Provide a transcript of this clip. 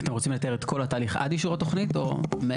אתם רוצים לתאר את כל התהליך עד אישור התוכנית או מעבר,